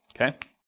Okay